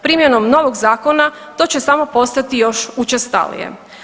Primjenom novog zakona to će samo postati još učestalije.